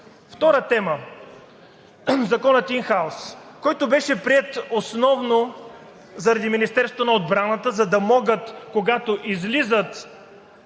Втора тема – законът ин хаус, който беше приет основно заради Министерството на отбраната, за да могат, когато излизат